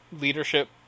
leadership